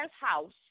house